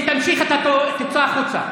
אם תמשיך, אתה תצא החוצה.